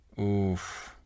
Oof